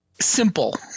Simple